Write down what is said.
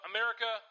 America